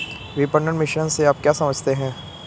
विपणन मिश्रण से आप क्या समझते हैं?